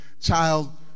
child